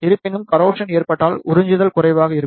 இருப்பினும் கரோசன் ஏற்பட்டால் உறிஞ்சுதல் குறைவாக இருக்கும்